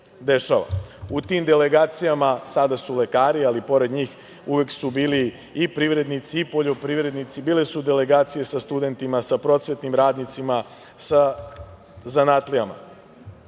dešava. U tim delegacijama sada su lekari, ali i pored njih uvek su bili i privrednici i poljoprivrednici, bile su delegacije sa studentima, sa prosvetnim radnicima, sa zanatlijama.Zašto